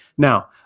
Now